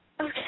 okay